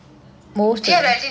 do you have relatives in india